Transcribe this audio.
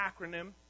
acronym